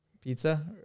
pizza